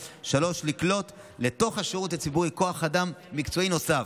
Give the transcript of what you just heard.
3. לקלוט לתוך השירות הציבורי כוח אדם מקצועי נוסף.